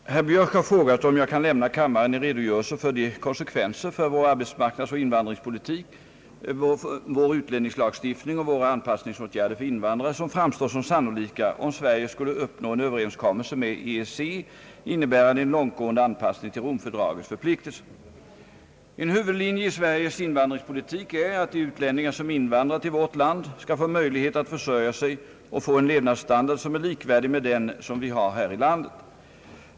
Herr talman! Herr Björk har frågat om jag kan lämna kammaren en redogörelse för de konsekvenser för vår arbetsmarknadsoch invandringspolitik, vår utlänningslagstiftning och våra an passningsåtgärder för invandrare som framstår som sannolika, om Sverige skulle uppnå en överenskommelse med EEC, innebärande en långtgående anpassning till Romfördragets förpliktelser. En huvudlinje i Sveriges invandringspolitik är att de utlänningar som invandrar till vårt land skall få möjlighet att försörja sig och få en levnadsstandard som är likvärdig med den som vi har här i landet.